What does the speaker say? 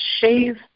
shave